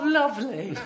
lovely